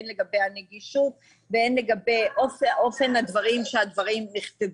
הן לגבי הנגישות והן לגבי אופן הדברים שנכתבו.